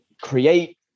create